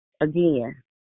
again